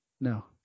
No